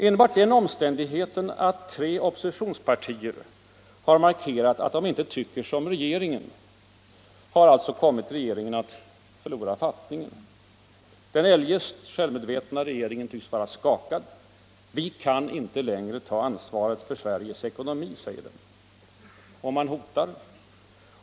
Enbart den omständigheten att tre oppositionspartier har markerat att de inte tycker som regeringen har alltså kommit regeringen att förlora fattningen. Den eljest självmedvetna regeringen tycks vara skakad. Vi kan inte längre ta ansvaret för Sveriges ekonomi, säger den. Och man hotar.